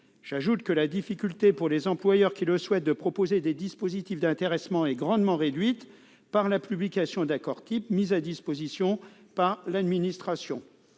J'ajoute que la difficulté, pour les employeurs qui souhaitent proposer des dispositifs d'intéressement, est grandement réduite par la publication d'accords types mis à disposition par l'administration.